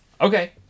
Okay